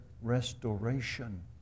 restoration